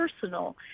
personal